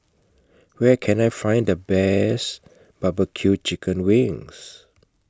Where Can I Find The Best Barbecue Chicken Wings